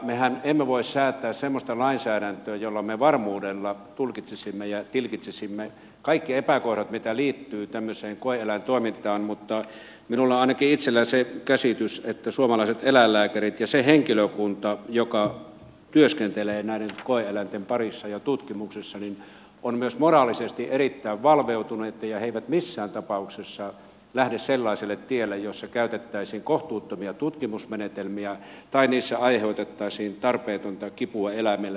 mehän emme voi säätää semmoista lainsäädäntöä jolla me varmuudella tulkitsisimme ja tilkitsisimme kaikki epäkohdat mitä liittyy tämmöiseen koe eläintoimintaan mutta minulla on ainakin itsellä se käsitys että suomalaiset eläinlääkärit ja se henkilökunta joka työskentelee näiden koe eläinten parissa ja tutkimuksessa ovat myös moraalisesti erittäin valveutuneita ja he eivät missään tapauksessa lähde sellaiselle tielle jolla käytettäisiin kohtuuttomia tutkimusmenetelmiä tai niissä aiheutettaisiin tarpeetonta kipua eläimelle